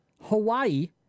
Hawaii